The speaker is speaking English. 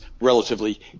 relatively